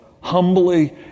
humbly